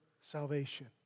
salvation